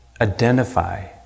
identify